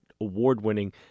award-winning